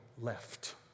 left